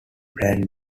brand